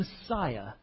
Messiah